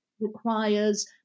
requires